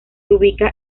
ubica